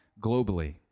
globally